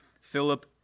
Philip